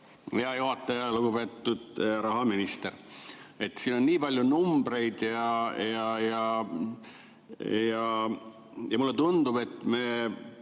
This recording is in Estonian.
Hea juhataja! Lugupeetud rahaminister! Siin on nii palju numbreid ja mulle tundub, et me